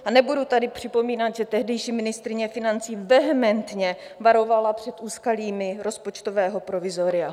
A nebudu tady připomínat, že tehdejší ministryně financí vehementně varovala před úskalími rozpočtového provizoria.